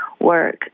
work